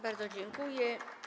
Bardzo dziękuję.